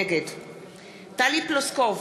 נגד טלי פלוסקוב,